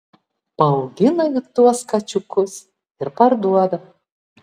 paaugina ji tuos kačiukus ir parduoda